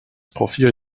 profil